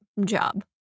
job